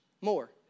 more